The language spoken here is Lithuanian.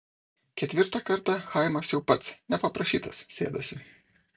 ketvirtą kartą chaimas jau pats nepaprašytas sėdosi